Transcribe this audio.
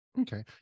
Okay